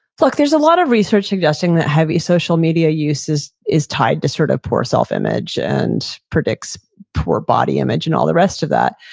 like there's a lot of research suggesting that heavy social media uses is tied to sort of poor self image and predicts poor body image and all the rest of that.